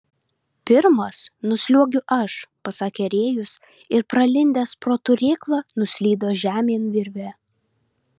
pirmas nusliuogiu aš pasakė rėjus ir pralindęs pro turėklą nuslydo žemyn virve